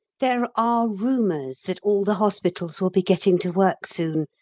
there are rumours that all the hospitals will be getting to work soon,